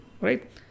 right